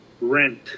rent